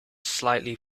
slightly